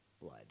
blood